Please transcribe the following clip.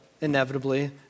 inevitably